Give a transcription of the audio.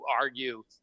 argue